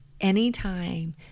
anytime